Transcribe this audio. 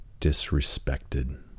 disrespected